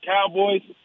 Cowboys